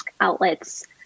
outlets